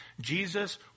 Jesus